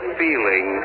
feeling